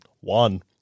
One